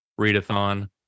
readathon